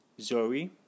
Zoe